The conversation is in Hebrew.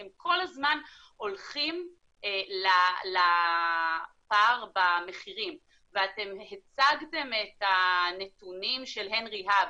אתם כל הזמן הולכים לפער במחירים ואתם הצגתם את הנתונים של Henry hub,